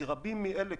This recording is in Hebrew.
כי רבים מאלה,